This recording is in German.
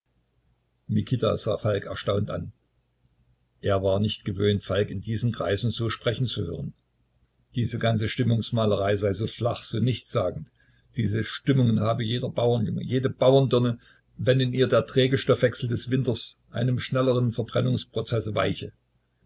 mikita sah falk erstaunt an er war nicht gewöhnt falk in diesen kreisen so sprechen zu hören diese ganze stimmungsmalerei sei so flach so nichtssagend diese stimmungen habe jeder bauernjunge jede bauerndirne wenn in ihr der träge stoffwechsel des winters einem schnelleren verbrennungsprozesse weiche